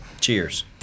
Cheers